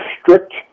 strict